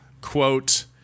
quote